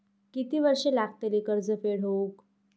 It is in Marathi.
किती वर्षे लागतली कर्ज फेड होऊक?